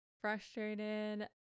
frustrated